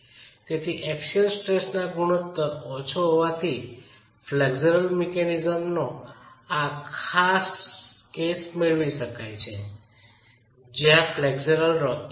તેથી એક્સિયલ સ્ટ્રેસનો ગુણોત્તર ઓછો હોવાથી ફ્લેક્ચરલ મિકેનિઝમનો આ ખાસ કેસ મેળવી શકાય છો જે ફ્લેક્સ્યુલર રોકિંગ છે